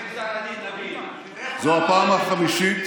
פעם חמישית